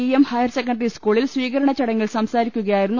E M higher secondary സ്കൂളിൽ സ്വീകരണ ചടങ്ങിൽ സംസാരിക്കുകയായിരുന്നു അദ്ദേഹം